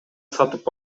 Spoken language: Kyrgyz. сатып